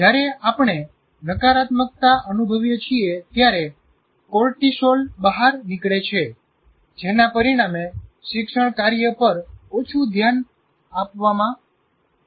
જ્યારે આપણે નકારાત્મકતા અનુભવીએ છીએ ત્યારે કોર્ટીસોલ બહાર નીકળે છે જેના પરિણામે શિક્ષણ કાર્ય પર ઓછું ધ્યાન આપવામાં આવે છે